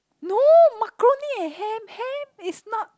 no macaroni and ham ham is not